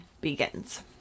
begins